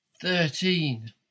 thirteen